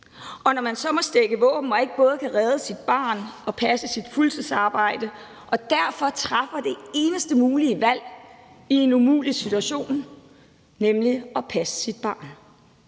Og når man så må strække våben og ikke både kan redde sit barn og passe sit fuldtidsarbejde og derfor træffer det eneste mulige valg i en umulig situation, nemlig at passe sit barn,